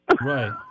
Right